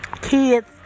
kids